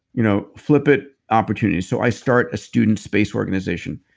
you know, flip it. opportunity. so i start a student space organization.